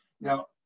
Now